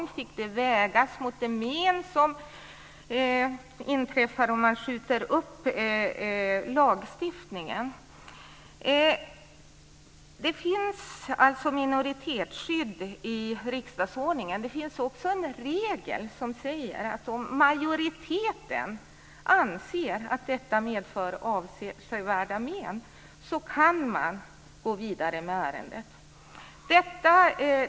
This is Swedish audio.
Det fick vägas mot det men som inträffar om man skjuter upp lagstiftningen. Minoritetsskyddet finns med i riksdagsordningen. Det finns också en regel som säger att om majoriteten anser att detta medför avsevärda men, så kan man gå vidare med ärendet.